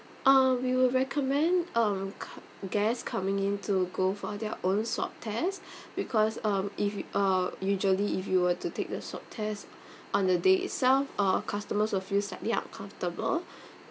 uh we will recommend um come guest coming into go for their own swab test because um if you uh usually if you were to take the swab test on the day itself uh our customers will feel slightly uncomfortable